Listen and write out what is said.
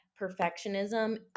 Perfectionism